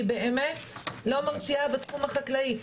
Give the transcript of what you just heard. היא באמת לא מרתיעה בתחום החקלאי.